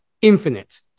infinite